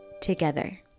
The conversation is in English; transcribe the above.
together